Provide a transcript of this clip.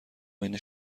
بین